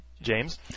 James